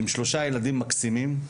עם שלושה ילדים מקסימים.